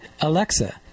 Alexa